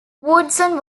woodson